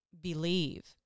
believe